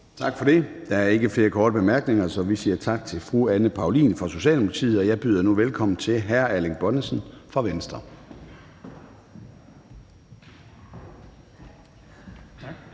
Tak for det. Der er ikke flere korte bemærkninger, så vi siger tak til fru Anne Paulin fra Socialdemokratiet. Jeg byder nu velkommen til hr. Erling Bonnesen fra Venstre.